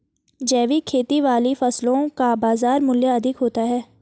जैविक खेती वाली फसलों का बाजार मूल्य अधिक होता है